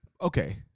okay